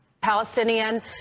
Palestinian